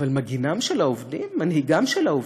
אבל מגינם של העובדים, מנהיגם של העובדים,